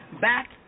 back